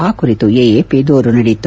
ಆ ಕುರಿತು ಎಎಪಿ ದೂರು ನೀಡಿತ್ತು